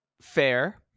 Fair